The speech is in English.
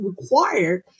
required